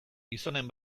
gizonen